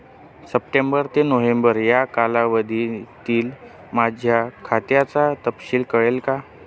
September ते नोव्हेंबर या कालावधीतील माझ्या खात्याचा तपशील कळेल का?